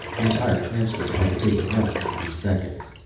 the entire transfer had taken less than three seconds.